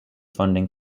funding